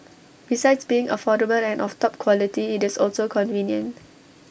besides being affordable and of top quality IT is also convenient